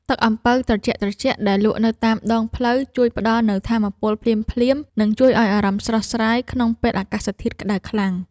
ទឹកអំពៅត្រជាក់ៗដែលលក់នៅតាមដងផ្លូវជួយផ្ដល់នូវថាមពលភ្លាមៗនិងជួយឱ្យអារម្មណ៍ស្រស់ស្រាយក្នុងពេលអាកាសធាតុក្តៅខ្លាំង។